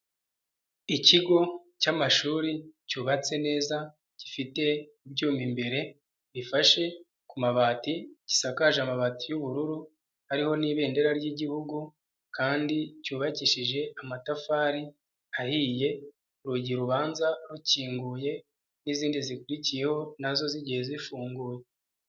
Ikigo cy'amashuri cyubatse neza gifite ibyuma imbere bifashe ku mabati, gisakaje amabati y'ubururu, hariho n'ibendera ry'igihugu kandi cyubakishije amatafari ahiye, urugi rubanza rukinguye n'izindi zikurikiyeho na zo zigiye zifunguye.